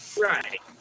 Right